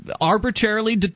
arbitrarily